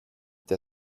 der